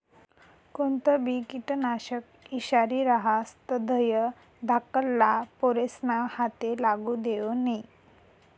कोणतंबी किटकनाशक ईषारी रहास तधय धाकल्ला पोरेस्ना हाते लागू देवो नै